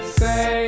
say